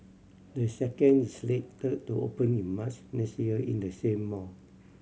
the second is slated to open in March next year in the same mall